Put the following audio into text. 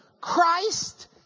Christ